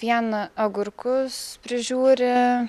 pieną agurkus prižiūri